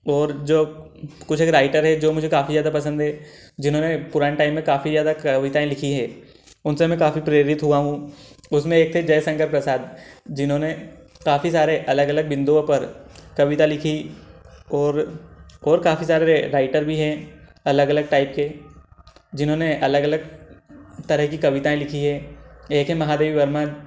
और जो कुछ एक राइटर है जो मुझे काफ़ी ज़्यादा पसंद है जिन्होंने पुराने टाइम में काफ़ी ज़्यादा कविताएँ लिखी है उनसे मैं काफ़ी प्रेरित हुआ हूँ उसमें एक थे जयशंकर प्रसाद जिन्होंने काफ़ी सारे अलग अलग बिन्दुओ पर कविता लिखी और और काफ़ी सारे राइटर भी हैं अलग अलग टाइप के जिन्होंने अलग अलग तरह की कविताएँ लिखी है एक है महादेवी वर्मा